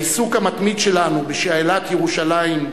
העיסוק המתמיד שלנו בשאלת ירושלים,